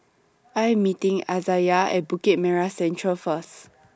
I Am meeting Izayah At Bukit Merah Central First